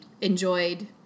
enjoyed